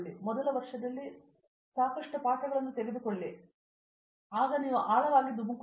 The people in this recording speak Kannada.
ಮೊದಲ ವರ್ಷದಲ್ಲಿ ನಾವು ಸಾಕಷ್ಟು ಪಾಠಗಳನ್ನು ತೆಗೆದುಕೊಳ್ಳಲು ಪ್ರೋತ್ಸಾಹಿಸುವ ವಿದ್ವಾಂಸರು ಮತ್ತು ನಿಮ್ಮನ್ನು ಆಳವಾಗಿ ಧುಮುಕಿಸುವುದಿಲ್ಲ